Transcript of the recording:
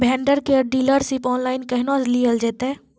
Vendor केर dealership online केहनो लियल जेतै?